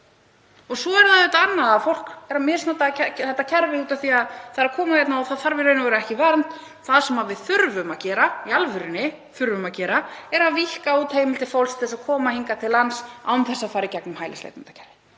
svo er það annað að fólk er að misnota þetta kerfi út af því að það er að koma hingað og það þarf í raun og veru ekki vernd. Það sem við þurfum að gera, þurfum í alvörunni að gera, er að víkka út heimildir fólks til að koma hingað til lands án þess að fara í gegnum hælisleitendakerfið.